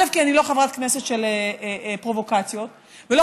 כי אני לא חברת כנסת של פרובוקציות ולא